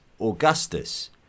Augustus